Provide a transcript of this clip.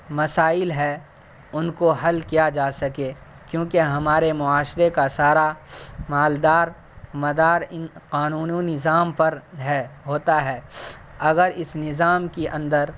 مسائل ہے ان کو حل کیا جا سکے کیونکہ ہمارے معاشرے کا سارا مالدار مدار ان قانونی نظام پر ہے ہوتا ہے اگر اس نظام کی اندر